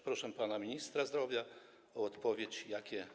Proszę pana ministra zdrowia o odpowiedź na pytanie: